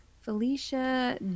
Felicia